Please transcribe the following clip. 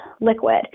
liquid